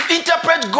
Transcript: interpret